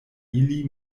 ili